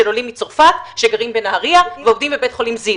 עולים מצרפת שגרים בנהריה ועובדים בבית חולים זיו.